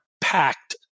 packed